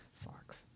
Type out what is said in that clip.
sucks